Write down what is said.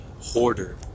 hoarder